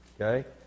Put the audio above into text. okay